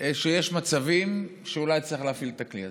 שיש מצבים שאולי צריך להפעיל את הכלי הזה.